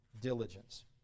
diligence